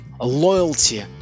loyalty